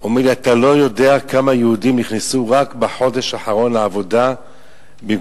אומר לי: אתה לא יודע כמה יהודים נכנסו רק בחודש האחרון לעבודה במקום